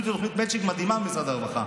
איתי תוכנית מצ'ינג מדהימה במשרד הרווחה,